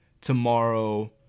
tomorrow